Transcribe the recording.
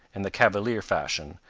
in the cavalier fashion,